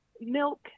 milk